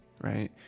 right